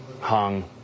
hung